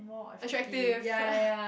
attractive